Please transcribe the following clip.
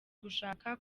gushaka